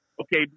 Okay